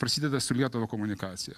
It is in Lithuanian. prasideda su lietuva komunikacija